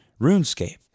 RuneScape